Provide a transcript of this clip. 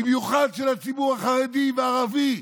במיוחד של הציבור החרדי והערבי,